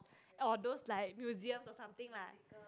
or those like museum or something lah